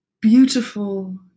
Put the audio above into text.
beautiful